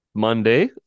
Monday